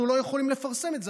אנחנו לא יכולים לפרסם את זה.